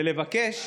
ולבקש